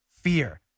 fear